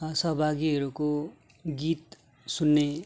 सहभागीहरूको गीत सुन्ने